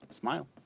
smile